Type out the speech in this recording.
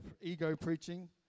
ego-preaching